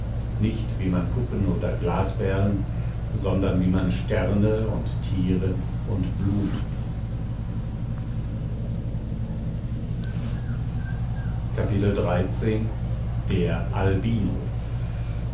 nicht wie man puppen oder glasperlen sondern wie man sterne und tiere und blumen liebt